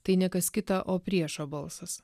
tai ne kas kita o priešo balsas